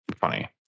funny